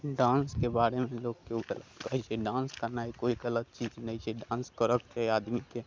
डांसके बारेमे लोक केओ गलत कहैत छै डांस करनाय कोइ गलत चीज नहि छै डांस करऽके चाही आदमीके